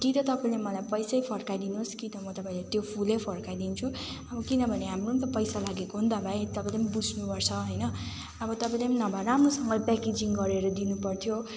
कि त तपाईँले मलाई पैसै फर्काइ दिनुहोस् कि त म तपाईँलाई त्यो फुलै फर्काइदिन्छु अब किनभने हाम्रो नि त पैसा लागेको नि त भाइ तपाईँ पनि बुझ्नु पर्छ होइन अब तपाईँले पनि नभए राम्रोसँगले प्याकेजिङ गरेर दिनुपर्थ्यो